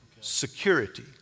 security